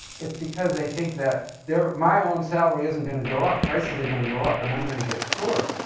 it's because they think that their, my own salary isn't going to go up. prices are going to go up and i'm going to get poorer.